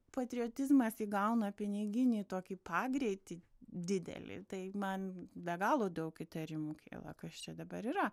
patriotizmas įgauna piniginį tokį pagreitį didelį tai man be galo daug įtarimų kyla kas čia dabar yra